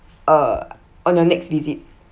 uh on your next visit